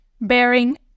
bearing